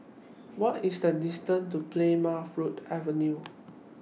What IS The distance to Plymouth Avenue